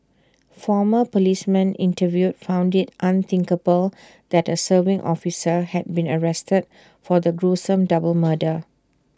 former policemen interviewed found IT unthinkable that A serving officer had been arrested for the gruesome double murder